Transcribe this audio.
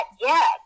yes